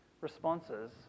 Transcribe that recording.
responses